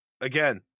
again